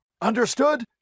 Understood